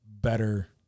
better